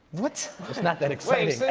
what? it's not that exciting.